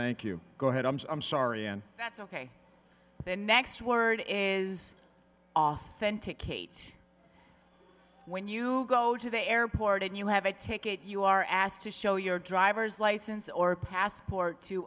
thank you go ahead i'm sorry and that's ok the next word is authenticate when you go to the airport and you have it take it you are asked to show your driver's license or passport to